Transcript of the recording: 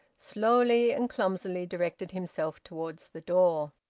slowly and clumsily directed himself towards the door.